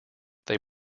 they